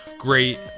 Great